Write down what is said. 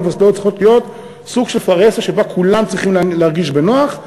אוניברסיטאות צריכות להיות סוג של פרהסיה שבה כולם צריכים להרגיש בנוח.